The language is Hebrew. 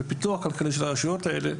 ופיתוח כלכלי של הרשויות האלה,